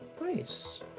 Nice